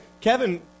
Kevin